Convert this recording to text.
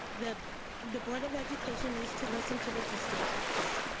the the board of education needs to listen to the constituents.